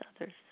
others